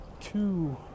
two